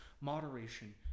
moderation